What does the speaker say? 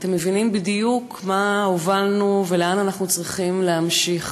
ואתם מבינים בדיוק מה הובלנו ולאן אנחנו צריכים להמשיך.